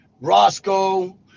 Roscoe